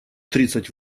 тридцать